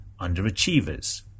underachievers